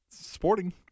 sporting